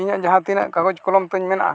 ᱤᱧᱟᱹᱜ ᱡᱟᱦᱟᱸ ᱛᱤᱱᱟᱹᱜ ᱠᱟᱜᱚᱡᱽ ᱠᱚᱞᱚᱢᱛᱤᱧ ᱢᱮᱱᱟᱜᱼᱟ